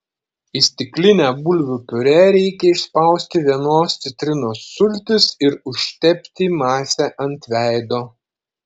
į stiklinę bulvių piurė reikia išspausti vienos citrinos sultis ir užtepti masę ant veido